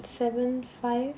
seven five